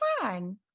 fine